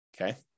okay